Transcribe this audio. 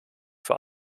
für